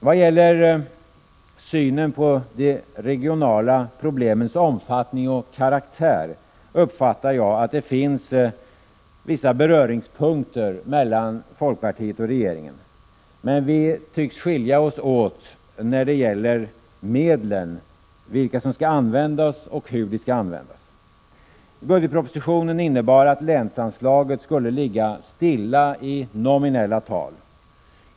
Vad gäller synen på de regionala problemens omfattning och karaktär, uppfattar jag att det finns vissa beröringspunkter mellan folkpartiet och regeringen. Men vi tycks skilja oss åt rörande medlen: Vilka som skall användas och hur de skall användas. Budgetpropositionen innebar, att länsanslaget skulle ligga stilla i nominella tal.